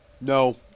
No